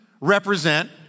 represent